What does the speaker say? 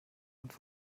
und